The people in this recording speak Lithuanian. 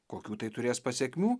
kokių tai turės pasekmių